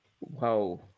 Wow